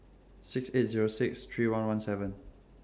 six eight Zero six three one one seven